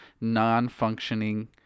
non-functioning